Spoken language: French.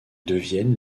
deviennent